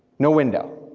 no window,